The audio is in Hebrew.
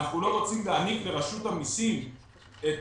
אנחנו רוצים להעניק לרשות המסים את